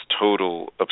total